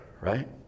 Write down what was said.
right